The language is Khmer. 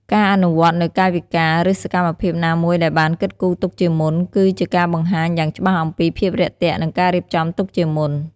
ការអនុវត្តនូវកាយវិការ ឬសកម្មភាពណាមួយដែលបានគិតគូរទុកជាមុន គឺជាការបង្ហាញយ៉ាងច្បាស់អំពី ភាពរាក់ទាក់ និងការរៀបចំទុកជាមុន។